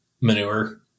manure